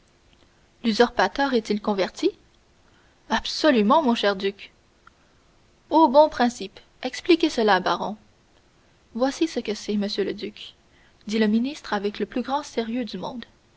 l'usurpateur est-il converti absolument mon cher duc aux bons principes expliquez cela baron voici ce que c'est monsieur le duc dit le ministre avec le plus grand sérieux du monde